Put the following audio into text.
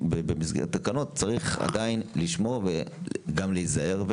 צריך לשמור וגם להיזהר,